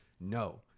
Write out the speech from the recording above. no